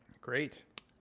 Great